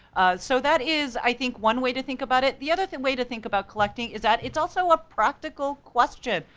so that is, i think, one way to think about it. the other way to think about collecting is that it's also a practical question.